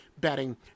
betting